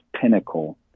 pinnacle